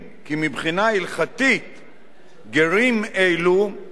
גרים אלו הינם יהודים לכל דבר ועניין